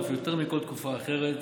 אף יותר מכל תקופה אחרת,